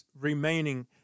remaining